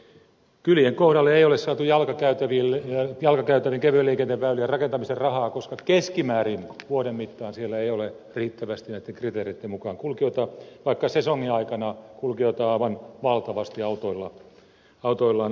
kylien kohdalle ei ole saatu jalkakäytävien kevyen liikenteen väylien rakentamiseen rahaa koska keskimäärin vuoden mittaan siellä ei ole riittävästi näitten kriteereitten mukaan kulkijoita vaikka sesongin aikana kulkijoita on aivan valtavasti autoillaan ajaen